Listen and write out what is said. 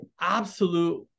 absolute